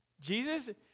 Jesus